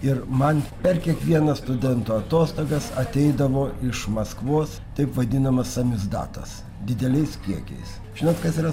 ir man per kiekvienas studentų atostogas ateidavo iš maskvos taip vadinamas samizdatas dideliais kiekiais žinot kas yra